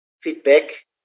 feedback